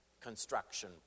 construction